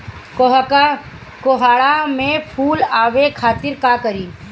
कोहड़ा में फुल आवे खातिर का करी?